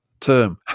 term